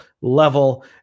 level